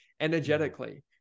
energetically